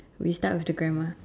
we start with the grandma